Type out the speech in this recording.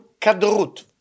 kadrut